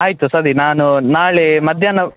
ಆಯಿತು ಸರಿ ನಾನು ನಾಳೆ ಮಧ್ಯಾಹ್ನ